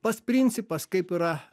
pats principas kaip yra